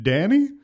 Danny